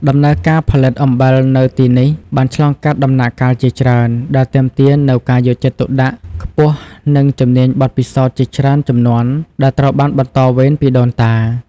ដំណើរការផលិតអំបិលនៅទីនេះបានឆ្លងកាត់ដំណាក់កាលជាច្រើន ដែលទាមទារនូវការយកចិត្តទុកដាក់ខ្ពស់និងជំនាញបទពិសោធន៍ជាច្រើនជំនាន់ដែលត្រូវបានបន្តវេនពីដូនតា។